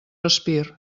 respir